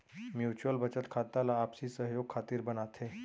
mutual बचत खाता ला आपसी सहयोग खातिर बनाथे